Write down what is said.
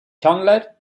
chandler